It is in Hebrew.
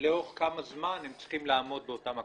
ולאורך כמה זמן הם צריכים לעמוד באותם הכללים.